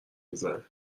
میزنه